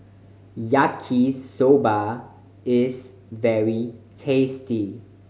Yaki Soba is very tasty